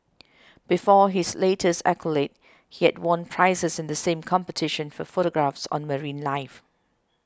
before his latest accolade he had won prizes in the same competition for photographs on marine life